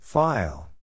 File